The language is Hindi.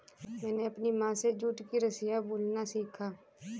मैंने अपनी माँ से जूट की रस्सियाँ बुनना सीखा